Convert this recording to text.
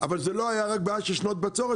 אבל זה לא היה רק בעיה של שנות בצורת,